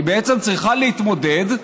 והיא בעצם צריכה להתמודד,